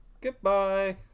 Goodbye